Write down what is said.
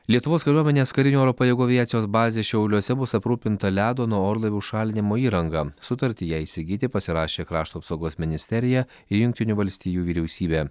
lietuvos kariuomenės karinių oro pajėgų aviacijos bazė šiauliuose bus aprūpinta ledo nuo orlaivių šaldymo įranga sutartį ją įsigyti pasirašė krašto apsaugos ministerija ir jungtinių valstijų vyriausybė